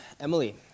Emily